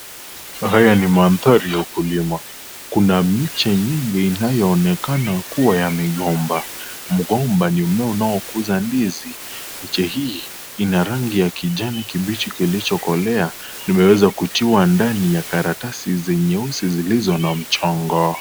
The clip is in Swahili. Haya ni mandhari ya ukulima. Kuna miche nyingi inayoonekana kuwa ya migomba. Mgomba ni mmea unaokuza ndizi. Miche hii, ina rangi ya kijani kibichi kilichokolea. Limeweza kutiwa ndani ya karatasi zenye uzi zilizo na mchongo.